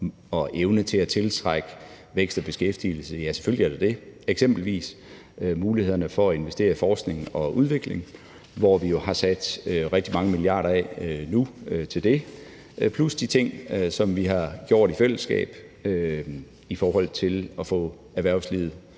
og evne til at tiltrække vækst og beskæftigelse? Ja, selvfølgelig er der det, eksempelvis mulighederne for at investere i forskning og udvikling, hvor vi jo har sat rigtig mange milliarder af nu til det, plus de ting, vi har gjort i fællesskab i forhold til at få erhvervslivet,